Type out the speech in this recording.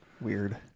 Weird